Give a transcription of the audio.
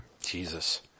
Jesus